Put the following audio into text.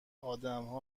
آدمها